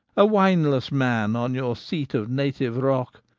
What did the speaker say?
a wineless man on your seat of native rock.